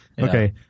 Okay